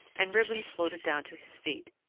and ribbons floated down to his feet.